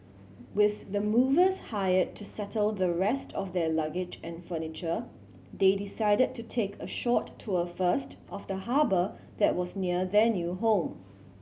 with the movers hired to settle the rest of their luggage and furniture they decided to take a short tour first of the harbour that was near their new home